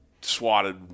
swatted